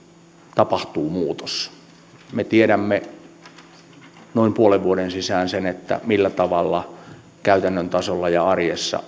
tapahtuu muutos me tiedämme noin puolen vuoden sisään sen millä tavalla käytännön tasolla ja arjessa